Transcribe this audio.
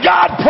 God